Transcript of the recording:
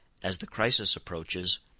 as the crisis approaches,